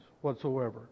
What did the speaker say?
whatsoever